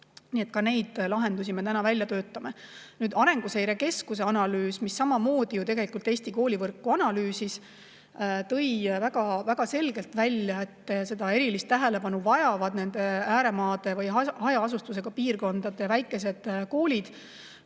Ka neid lahendusi me välja töötame. Arenguseire Keskuse analüüs, mis samamoodi ju Eesti koolivõrku analüüsis, tõi väga selgelt välja, et erilist tähelepanu vajavad ääremaade või hajaasustusega piirkondade väikesed koolid